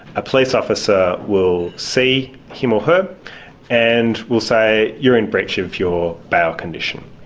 a police officer will see him or her and will say, you're in breach of your bail condition.